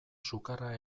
sukarra